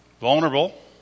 Vulnerable